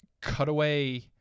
cutaway